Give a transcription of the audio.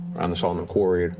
around the solomon quarry.